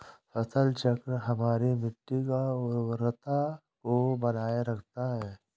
फसल चक्र हमारी मिट्टी की उर्वरता को बनाए रखता है